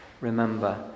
remember